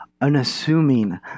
unassuming